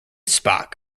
spock